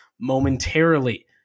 momentarily